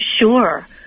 Sure